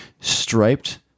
striped